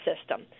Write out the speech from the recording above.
system